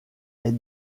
est